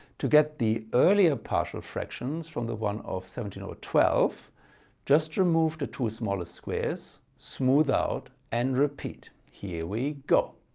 to get the earlier partial fractions from the one of seventeen twelve twelve just remove the two smallest squares, smooth out, and repeat. here we go.